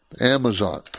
Amazon